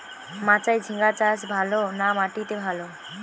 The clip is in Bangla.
মাচায় ঝিঙ্গা চাষ ভালো না মাটিতে ভালো?